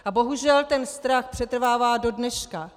A bohužel ten strach přetrvává dodneška.